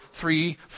three